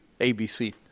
ABC